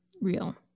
Real